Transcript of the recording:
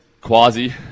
Quasi